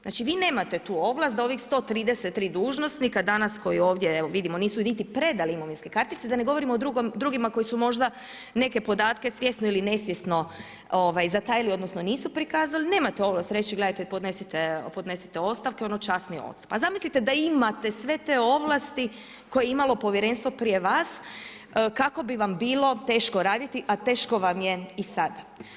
Znači vi nemate tu ovlast da ovih 133 dužnosnika danas koji ovdje vidimo nisu niti predali imovinske kartice, da ne govorimo o drugima koji su možda neke podatke svjesno ili nesvjesno zatajili odnosno nisu prikazali, nemate ovlasti reći gledajte, podnesite ostavke… Pa zamislite da imate sve te ovlasti koje je imalo povjerenstvo prije vas kako bi vam bilo teško raditi, a teško vam je i sad.